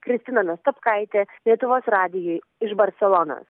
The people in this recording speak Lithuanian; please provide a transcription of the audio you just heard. kristina nastopkaitė lietuvos radijui iš barselonos